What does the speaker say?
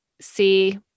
see